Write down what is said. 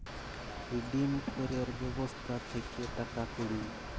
redeem ক্যরের ব্যবস্থা থাক্যে টাকা কুড়ি